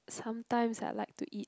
sometimes I like to eat